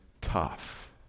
tough